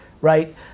right